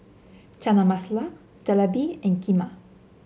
Chana Masala Jalebi and Kheema